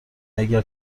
اگر